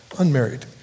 Unmarried